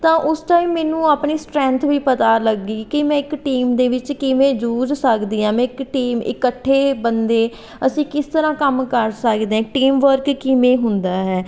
ਤਾਂ ਉਸ ਟਾਈਮ ਮੈਨੂੰ ਆਪਣੀ ਸਟਰੈਂਥ ਵੀ ਪਤਾ ਲੱਗੀ ਕਿ ਮੈਂ ਇੱਕ ਟੀਮ ਦੇ ਵਿੱਚ ਕਿਵੇਂ ਜੂਝ ਸਕਦੀ ਹਾਂ ਮੈਂ ਇੱਕ ਟੀਮ ਇਕੱਠੇ ਬੰਦੇ ਅਸੀਂ ਕਿਸ ਤਰ੍ਹਾਂ ਕੰਮ ਕਰ ਸਕਦੇ ਟੀਮ ਵਰਕ ਕਿਵੇਂ ਹੁੰਦਾ ਹੈ